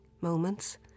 moments